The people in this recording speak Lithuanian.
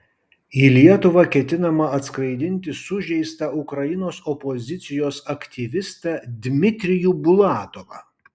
į lietuvą ketinama atskraidinti sužeistą ukrainos opozicijos aktyvistą dmitrijų bulatovą